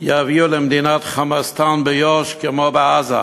תביא למדינת "חמאסטן" ביו"ש כמו בעזה,